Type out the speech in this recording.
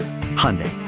Hyundai